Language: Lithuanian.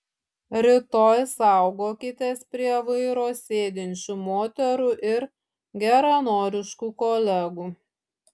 rytoj saugokitės prie vairo sėdinčių moterų ir geranoriškų kolegų